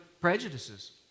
prejudices